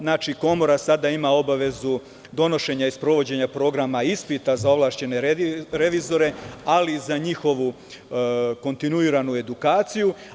Znači, komora sada ima obavezu donošenja i sprovođenja programa ispita za ovlašćene revizore, ali i za njihovu kontinuiranu edukaciju.